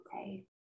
Okay